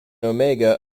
omega